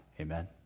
Amen